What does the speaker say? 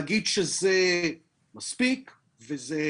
להגיד שזה מספיק וזה